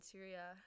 Syria